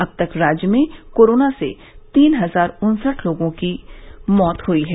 अब तक राज्य में कोरोना से तीन हजार उन्सठ लोगों की मौत हुई है